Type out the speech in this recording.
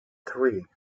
three